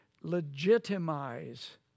legitimize